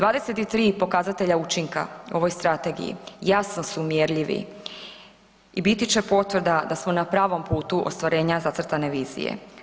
23 pokazatelja učinka u ovoj strategiji jasno su mjerljivi i biti će potvrda da smo na pravom putu ostvarenja zacrtane vizije.